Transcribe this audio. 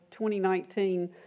2019